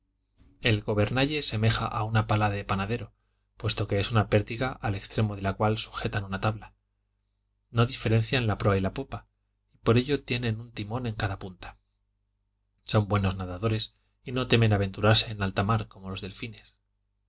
el gobernalle semeja a una pala de panadero puesto que es una pértiga al extremo de la cual sujetan una tabla no diferencian la proa de la popa y por ello tienen un timón en cada punta son buenos nadadores y no temen aventurarse en alta mar como los delfines